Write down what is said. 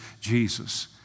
Jesus